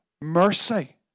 mercy